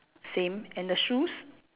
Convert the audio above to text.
same and the shoes